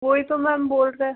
वही तो मैम बोल रहे हैं